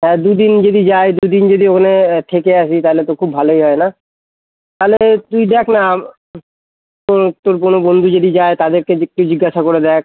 হ্যাঁ দু দিন যদি যাই দু দিন যদি ওখানে থেকে আসি তাহলে তো খুব ভালোই হয় না তালে তুই দেখ না তোর তোর কোনও বন্ধু যদি যায় তাদেরকে জিগ তুই জিজ্ঞাসা করে দেখ